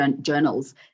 journals